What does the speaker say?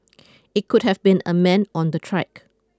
it could have been a man on the track